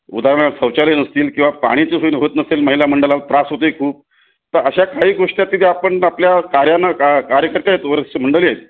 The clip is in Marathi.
उदारणार्थ शौचालय नसतील किंवा पाण्याची सोय होत नसेल महिला मंडळाला त्रास होतो आहे खूप तर अशा काही गोष्टी आहेत की ज्या आपण आपल्या कार्यांना का कार्यकर्ते आहेत वरिष्ठ मंडळी आहेत